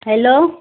hello